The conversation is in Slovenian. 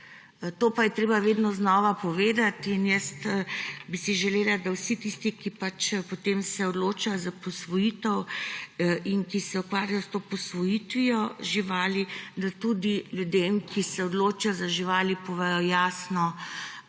To pa je treba vedno znova povedati. Jaz bi si želela, da vsi tisti, ki se potem odločajo za posvojitev in ki se ukvarjajo s posvojitvijo živali, ljudem, ki se odločajo za živali, povedo jasno